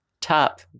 Top